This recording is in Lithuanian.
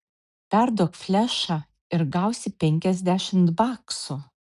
perduok flešą ir gausi penkiasdešimt baksų